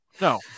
no